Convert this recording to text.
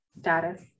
status